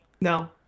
No